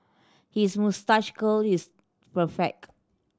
his moustache curl is perfect